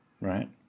right